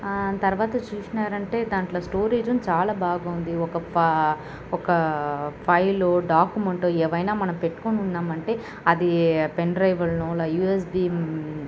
ఆ తర్వాత చూసినారంటే దాంట్లో స్టోరీజు చాల బాగుంది ఓ ఒక ఫ ఒక ఫైలు డ్యాకుమెంటు ఏవైనా మనం పెట్టూకొనున్నామంటే అది పెన్డ్రైవుల్ను యూఎస్బీ